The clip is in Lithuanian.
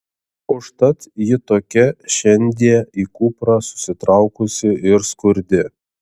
užtat ji tokia šiandie į kuprą susitraukusi ir skurdi